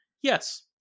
yes